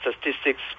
statistics